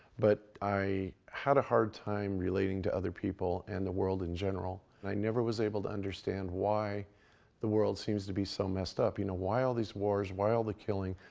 but i had a hard time relating to other people and the world in general. and i never was able to understand why the world seems to be so messed up, you know? why all these wars, why all the killing,